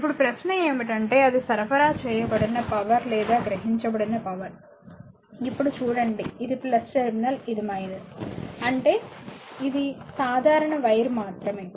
ఇప్పుడు ప్రశ్న ఏమిటంటే అది సరఫరా చేయబడిన పవర్ లేదా గ్రహించబడిన పవర్ ఇప్పుడు చూడండి ఇది టెర్మినల్ ఇది అంటే ఇది సాధారణ వైర్ మాత్రమే